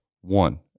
one